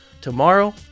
tomorrow